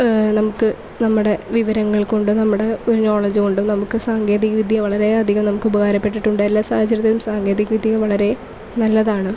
നമുക്ക് നമ്മുടെ വിവരങ്ങൾ കൊണ്ട് നമ്മുടെ നോളജ് കൊണ്ടും നമുക്ക് സാങ്കേതിക വിദ്യ വളരെ അധികം നമുക്ക് ഉപകാരപ്പെട്ടിട്ടുണ്ട് എല്ലാ സാഹചര്യത്തിലും സാങ്കേതിക വിദ്യ വളരെ നല്ലതാണ്